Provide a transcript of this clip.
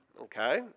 Okay